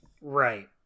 Right